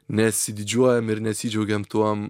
nesididžiuojam ir nesidžiaugiam tuom